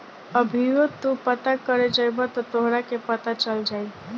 अभीओ तू पता करे जइब त तोहरा के पता चल जाई